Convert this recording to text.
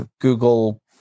Google